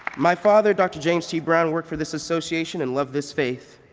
my father, dr. james t. brown worked for this association and loved this faith.